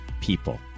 people